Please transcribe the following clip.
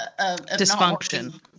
dysfunction